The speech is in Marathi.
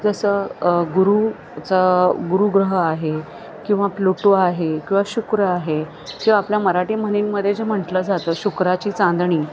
जसं गुरुचं गुरु ग्रह आहे किंवा प्लुटो आहे किवा शुक्र आहे किवा आपल्या मराठी म्हणींमध्ये जे म्हटलं जातं शुक्राची चांदणी